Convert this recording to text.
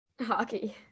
Hockey